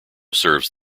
serves